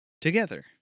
together